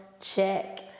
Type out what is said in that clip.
check